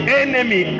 enemy